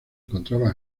encontraba